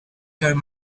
turn